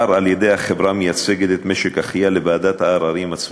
על-ידי החברה המייצגת את משק אחיה לוועדת הערר הצבאית.